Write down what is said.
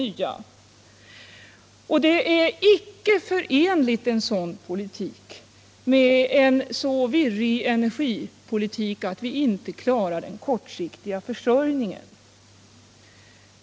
En sådan politik är icke förenlig med en energipolitik som är så virrig att vi inte klarar den kortsiktiga försörjningen.